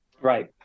right